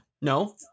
no